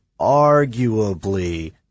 arguably